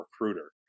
recruiter